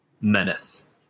menace